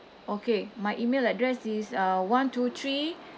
okay my email address is uh one two three